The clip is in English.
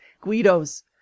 Guido's